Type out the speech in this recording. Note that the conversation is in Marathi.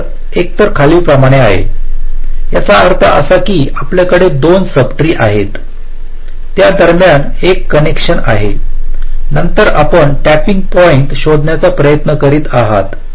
तर एकतर खालीलप्रमाणे आहे याचा अर्थ असा की आपल्याकडे दोन सब ट्री आहेत त्या दरम्यान एक कनेक्शन आहे नंतर आपण टॅपिंग पॉईंट शोधण्याचा प्रयत्न करीत आहात